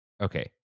Okay